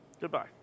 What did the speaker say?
Goodbye